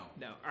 No